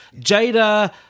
jada